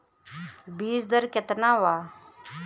बीज दर केतना वा?